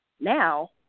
now